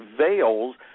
veils